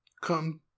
come